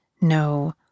no